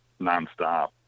nonstop